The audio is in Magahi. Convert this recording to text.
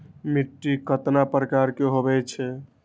मिट्टी कतना प्रकार के होवैछे?